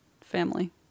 family